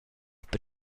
per